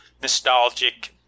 nostalgic